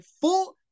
full